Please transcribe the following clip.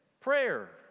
prayer